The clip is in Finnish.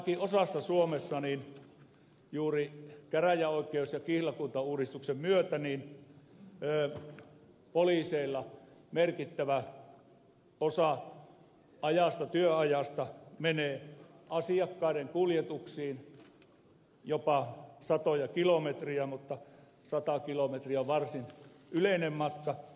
ainakin osassa suomea juuri käräjäoikeus ja kihlakuntauudistuksen myötä poliiseilla merkittävä osa työajasta menee asiakkaiden kuljetuksiin jopa satoja kilometrejä mutta sata kilometriä on varsin yleinen matka